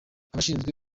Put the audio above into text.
abashinzwe